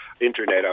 internet